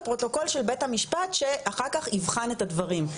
לפרוטוקול של בית המשפט שאחר כך ייבחן את דברים.